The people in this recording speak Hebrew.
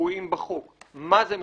שקבועים בחוק, מה זה מחייב.